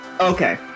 Okay